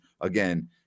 Again